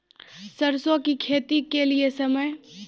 सरसों की खेती के लिए समय?